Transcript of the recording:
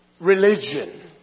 religion